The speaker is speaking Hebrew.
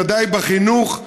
בוודאי בחינוך,